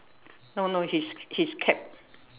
no no his his cap